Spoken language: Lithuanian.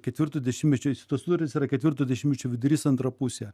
ketvirto dešimtmečio tos sutartys yra ketvirto dešimtmečio vidurys antra pusė